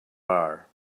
bar